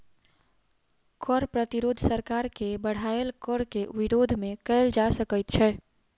कर प्रतिरोध सरकार के बढ़ायल कर के विरोध मे कयल जा सकैत छै